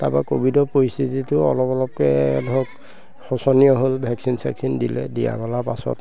তাৰপৰা ক'ভিডৰ পৰিস্থিতিটো অলপ অলপকৈ ধৰক শোচনীয় হ'ল ভেকচিন চেকচিন দিলে দিয়া মেলাৰ পাছত